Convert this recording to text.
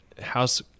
house